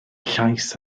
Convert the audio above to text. llais